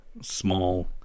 small